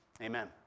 Amen